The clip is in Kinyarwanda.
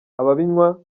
ababinywa